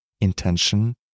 intention